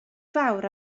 fawr